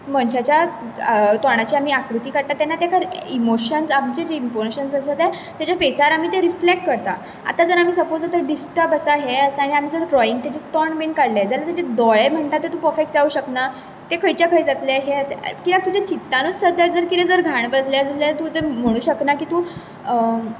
मनशाच्या तोंडाची आमी आकृती काडटात तेन्ना ताका इमोशन्स आमचे जे इमोशन्स आसता ते फेसार आमी रिफ्लेक्ट करता आतां जर सपोज आमी डिस्टर्बड आसा हे आसा तेन्ना ताजे ड्रोइंग बी काडलें तोंड बी काडलें जाल्यार तें पर्फेक्ट जावंक शकना तें खंयच्या खंय जातलें कित्याक तुज्या चिंतनानूच जर कितें तर घाण बसल्या जाल्यार तूं म्हणूंक शकना की तूं